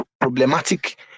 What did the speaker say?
problematic